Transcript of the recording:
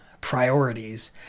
priorities